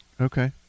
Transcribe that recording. Okay